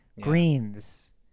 Greens